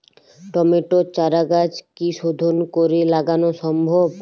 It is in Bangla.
টমেটোর চারাগাছ কি শোধন করে লাগানো সম্ভব?